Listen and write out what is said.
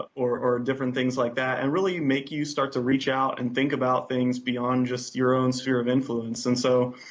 ah or or different things like that, and really make you start to reach out and think about things beyond just your own sphere of influence. and so,